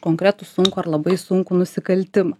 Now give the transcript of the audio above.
konkretų sunkų ar labai sunkų nusikaltimą